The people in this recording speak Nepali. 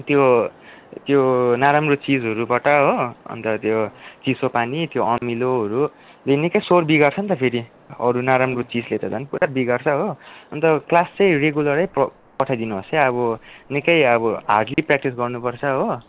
त्यो त्यो नराम्रो चिजहरूबाट हो अन्त त्यो चिसो पानी त्यो अमिलोहरूले निकै सोर बिगार्छ नि त फेरि अरू नराम्रो चिजले त झन पूरा बिगार्छ हो अन्त क्लास चाहिँ रेगुलरै पठाइदिनुहोस है अबो निकै अबो हार्डलि प्र्याक्टिस गर्नु पर्छ हो